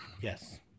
Yes